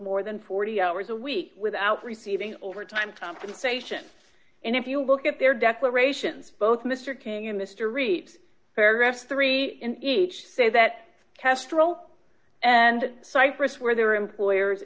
more than forty hours a week without receiving overtime compensation and if you look at their declarations both mr king and mr reed's paragraph three in each say that kestrel and cyprus where their employers